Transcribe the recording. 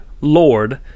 Lord